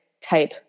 type